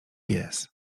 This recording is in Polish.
pies